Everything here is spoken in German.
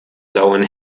lauern